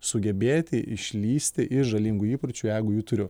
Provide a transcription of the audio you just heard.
sugebėti išlįsti iš žalingų įpročių jeigu jų turiu